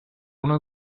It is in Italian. una